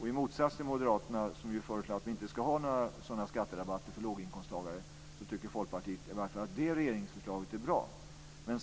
I motsats till Moderaterna, som ju föreslår att vi inte ska ha några sådana skatterabatter för låginkomsttagare, tycker Folkpartiet i varje fall att det regeringsförslaget är bra.